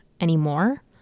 anymore